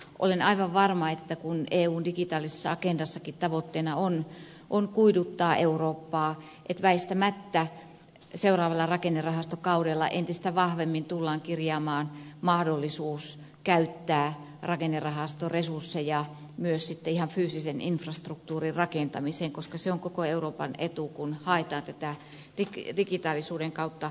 olen aivan varma että kun eun digitaalisessa agendassakin tavoitteena on kuiduttaa eurooppaa väistämättä seuraavalla rakennerahastokaudella entistä vahvemmin tullaan kirjaamaan mahdollisuus käyttää rakennerahastoresursseja myös sitten ihan fyysisen infrastruk tuurin rakentamiseen koska se on koko euroopan etu kun haetaan tätä tuottavuutta digitaalisuuden kautta